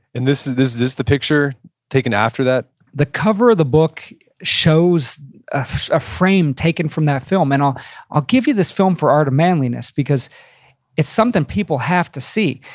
and is this this the picture taken after that? the cover of the book shows a frame taken from that film. and i'll i'll give you this film for art of manliness because it's something people have to see.